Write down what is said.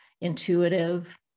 intuitive